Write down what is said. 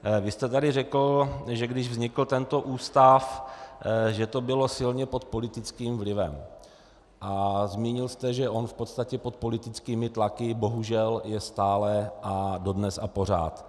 Vy jste tady řekl, že když vznikl tento ústav, že to bylo silně pod politickým vlivem, a zmínil jste, že on v podstatě pod politickými tlaky bohužel je stále a dodnes a pořád.